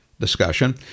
Discussion